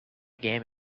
game